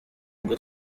nibwo